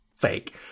fake